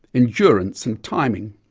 endurance and timing.